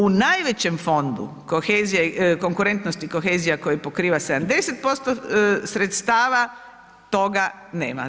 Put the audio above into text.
U najvećem fondu konkurentnost i kohezija, koji pokriva 70% sredstava, toga nema.